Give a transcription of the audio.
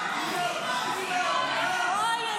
כהצעת